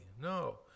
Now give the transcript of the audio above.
No